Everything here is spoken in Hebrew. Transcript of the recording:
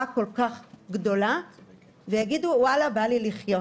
כל כך גדולה ויגידו שבא להם לחיות.